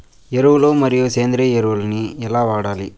ఎరువులు మరియు సేంద్రియ ఎరువులని ఎలా వాడాలి?